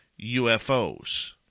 UFOs